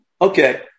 Okay